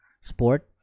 sport